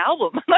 album